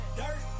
dirt